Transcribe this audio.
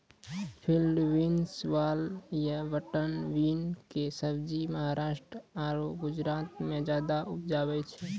field beans, वाल या butter bean कॅ सब्जी महाराष्ट्र आरो गुजरात मॅ ज्यादा उपजावे छै